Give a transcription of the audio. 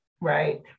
Right